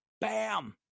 Bam